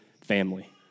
family